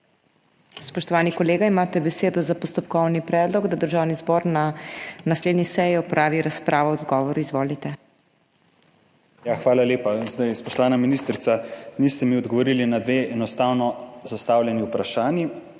Spoštovani kolega, imate besedo za postopkovni predlog, da Državni zbor na naslednji seji opravi razpravo o odgovoru. Izvolite. **ANDREJ HOIVIK (PS SDS):** Hvala lepa. Spoštovana ministrica, niste mi odgovorili na dve enostavno zastavljeni vprašanji,